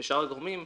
ושאר הגורמים,